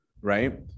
right